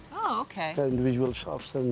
oh, ok. individual shops.